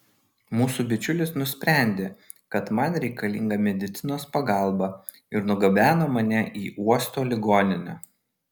mūsų bičiulis nusprendė kad man reikalinga medicinos pagalba ir nugabeno mane į uosto ligoninę